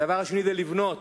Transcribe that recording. הדבר השני הוא לבנות,